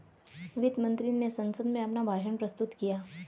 वित्त मंत्री ने संसद में अपना भाषण प्रस्तुत किया